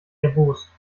erbost